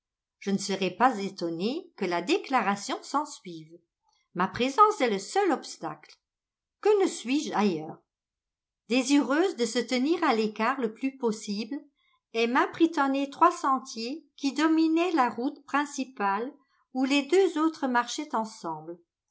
je ne serais pas étonnée que la déclaration s'ensuive ma présence est le seul obstacle que ne suis-je ailleurs désireuse de se tenir à l'écart le plus possible emma prit un étroit sentier qui dominait la route principale où les deux autres marchaient ensemble